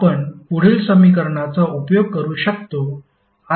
आपण पुढील समीकरणाचा उपयोग करू शकतो